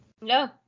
No